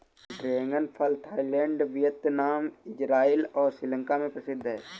dragon फल Thailand, Vietnam, Israel और श्रीलंका में प्रसिद्ध है